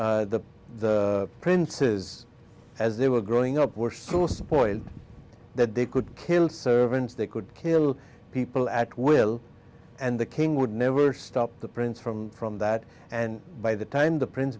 when the princes as they were growing up were source appoint that they could kill servants they could kill people at will and the king would never stop the prince from from that and by the time the prince